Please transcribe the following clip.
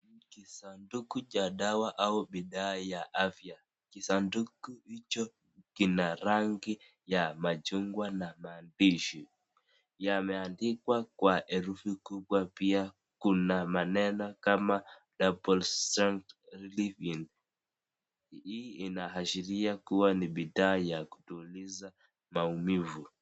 Kisanduku cha dawa au bidhaa ya afya kisanduku hicho kina rangi ya majungwa na maandishi yameandikwa kwa herufi kubwa pia kuna maneno kama double strength pain relief hii inaashiria kuwa ni bidhaa ya kutuliza maumivu.